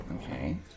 Okay